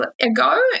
ago